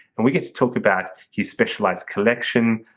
and we get to talk about his specialized collection,